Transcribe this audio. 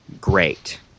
great